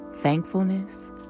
Thankfulness